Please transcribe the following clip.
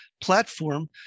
platform